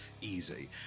easy